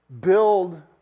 build